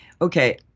okay